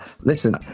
listen